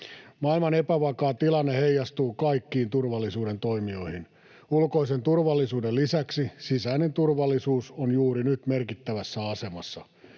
Maailman epävakaa tilanne heijastuu kaikkiin turvallisuuden toimijoihin. Ulkoisen turvallisuuden lisäksi sisäinen turvallisuus on juuri nyt merkittävässä asemassa.